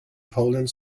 poland